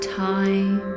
time